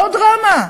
לא דרמה.